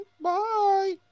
Bye